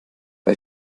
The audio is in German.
bei